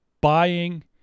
buying